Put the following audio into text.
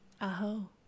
Aho